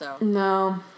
No